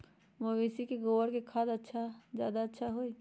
मवेसी के गोबर के खाद ज्यादा अच्छा होई?